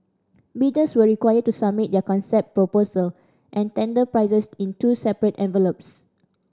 bidders were required to submit their concept proposal and tender prices in two separate envelopes